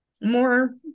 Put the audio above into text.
More